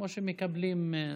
כמו שמקבלים.